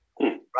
right